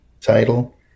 title